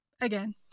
again